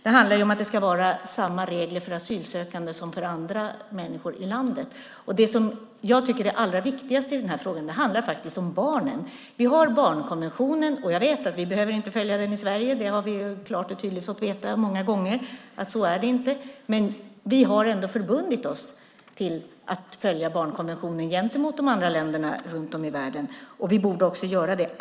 Det handlar ju om att det ska vara samma regler för asylsökande som för andra människor i landet. Det jag tycker är allra viktigast i den här frågan är barnen. Vi har barnkonventionen, och jag vet att vi inte behöver följa den i Sverige. Det har vi klart och tydligt fått veta många gånger. Så är det inte. Men vi har ändå förbundit oss att följa barnkonventionen gentemot de andra länderna runt om i världen, och vi borde också göra det.